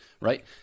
right